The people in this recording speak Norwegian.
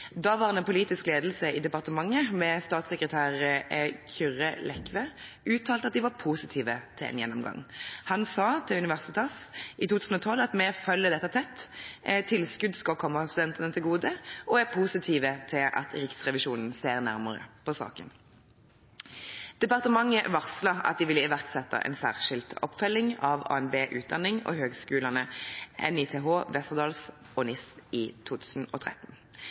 Daværende politisk ledelse i departementet uttalte at de var positive til en gjennomgang. Statssekretær Kyrre Lekve sa til Universitas i 2012 at de fulgte dette tett, at tilskudd skulle komme studentene til gode, og at han var positiv til at Riksrevisjonen så nærmere på saken. Departementet varslet at de ville iverksette en særskilt oppfølging av ABN Utdanning og høgskolene NITH, Westerdals og NISS i 2013.